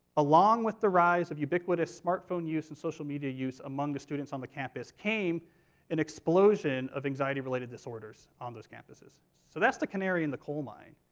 along with the rise of ubiquitous smartphone use and social media use among the students on the campus, came an explosion of anxiety-related disorders on those campuses. so that's the canary in the coal mine.